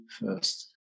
first